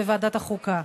שעות בוועדת החוקה.